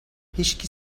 هیشکی